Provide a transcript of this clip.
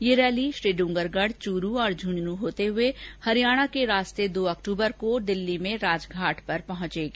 ये रैली श्रीडूंगरगढ चूरू झूंझुनूं होते हुए हरियाणा के रास्ते दो अक्टूबर को दिल्ली में राजघाट पहुंचेगी